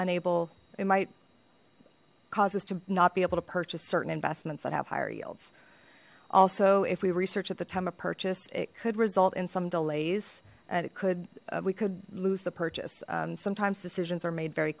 unable it might cause us to not be able to purchase certain investments that have higher yields also if we research at the time of purchase it could result in some delays and it could we could lose the purchase sometimes decisions are made very